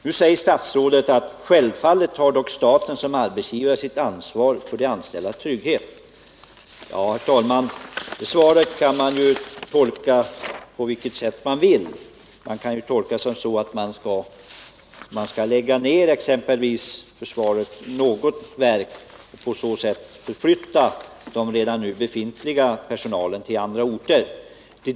Statsrådet säger i svaret: ”Självfallet tar dock staten som arbetsgivare sitt ansvar för de anställdas trygghet.” Det kan man tolka på vilket sätt man vill. Man kan exempelvis tolka det så att försvaret skall lägga ner något verk och därefter förflytta den där befintliga personalen till andra orter.